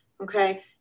okay